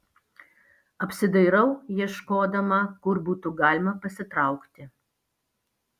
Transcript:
apsidairau ieškodama kur būtų galima pasitraukti